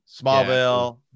smallville